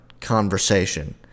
conversation